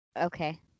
Okay